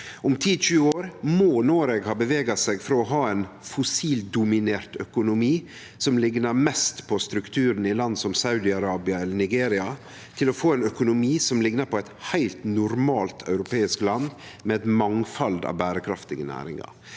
Om 10–20 år må Noreg ha bevega seg frå å ha ein fossildominert økonomi som liknar mest på strukturen i land som Saudi-Arabia eller Nigeria, til å få ein økonomi som liknar på eit heilt normalt europeisk land, med eit mangfald av berekraftige næringar.